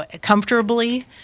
Comfortably